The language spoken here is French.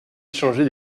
échanger